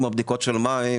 כמו בדיקות של מים,